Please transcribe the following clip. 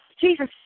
Jesus